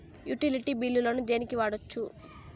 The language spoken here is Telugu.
యుటిలిటీ బిల్లులను దేనికి వాడొచ్చు?